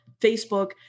Facebook